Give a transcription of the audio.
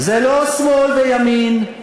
זה לא שמאל וימין,